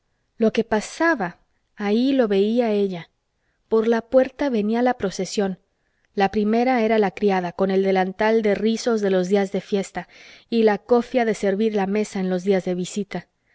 lo que pasaba allí lo veía ella por la puerta venía la procesión la primera era la criada con el delantal de rizos de los días de fiesta y la cofia de servir la mesa en los días de visita